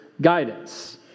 guidance